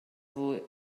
dwy